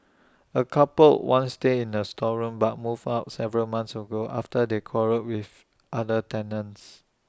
A couple once stayed in A storeroom but moved out Seven months ago after they quarrelled with other tenants